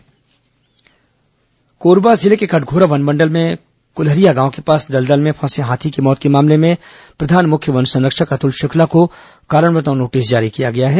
हाथी मौत अधिकारी निलंबित कोरबा जिले के कटघोरा वनमंडल में कुल्हरिया गांव के पास दलदल में फंसे हाथी की मौत के मामले में प्रधान मुख्य वन संरक्षण अतुल शुक्ला को कारण बताओ नोटिस जारी किया गया है